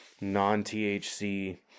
non-THC